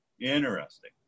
Interesting